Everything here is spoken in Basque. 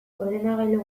ordenagailu